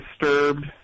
disturbed